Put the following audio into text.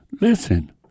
listen